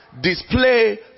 display